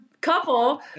Couple